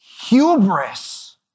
hubris